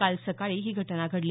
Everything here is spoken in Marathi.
काल सकाळी ही घटना घडली